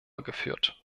geführt